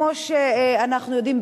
כמו שאנחנו יודעים,